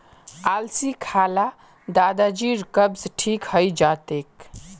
अलसी खा ल दादाजीर कब्ज ठीक हइ जा तेक